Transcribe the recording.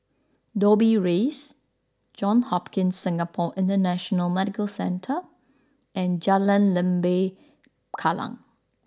Dobbie Rise Johns Hopkins Singapore International Medical Centre and Jalan Lembah Kallang